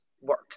work